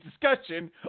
discussion